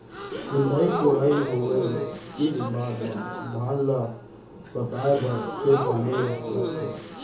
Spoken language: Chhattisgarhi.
निंदई कोड़ई होवे के बाद म धान ल पकोए बर फेर पानी लगथे